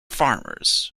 farmers